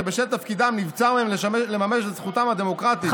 שבשל תפקידם נבצר מהם לממש את זכותם הדמוקרטית להצביע בבחירות,